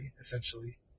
essentially